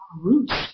roots